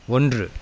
ஒன்று